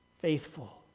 faithful